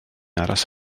aros